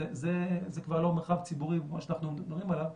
זה כבר לא מרחב ציבורי כמו שאנחנו מדברים עליו,